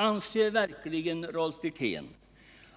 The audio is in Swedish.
Anser verkligen Rolf Wirtén